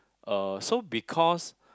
uh so because